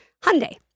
Hyundai